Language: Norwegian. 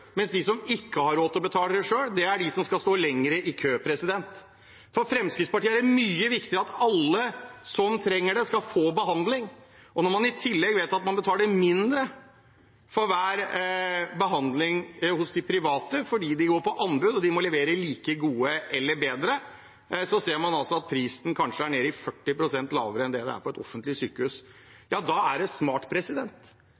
mens de som ikke har råd til å betale selv, er de som skal stå lenger i kø. For Fremskrittspartiet er det mye viktigere at alle som trenger det, skal få behandling. I tillegg vet man at man betaler mindre for hver behandling hos de private fordi det går på anbud, og at de må levere like godt eller bedre. Man ser at prisen kanskje er nede i 40 pst. lavere enn det er på et offentlig